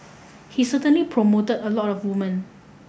he certainly promoted a lot of women